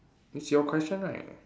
it's your question right